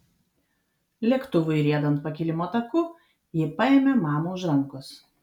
lėktuvui riedant pakilimo taku ji paėmė mamą už rankos